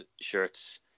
shirts